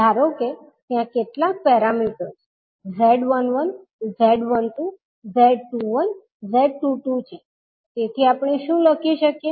ધારો કે ત્યાં કેટલાક પેરામીટર્સ 𝐳11 𝐳12 𝐳𝟐𝟏 𝐳𝟐𝟐 છે તેથી આપણે શું લખી શકીએ